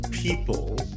People